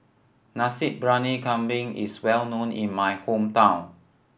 Nasi Briyani Kambing is well known in my hometown